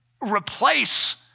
replace